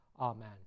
Amen